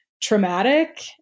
traumatic